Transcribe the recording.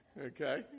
Okay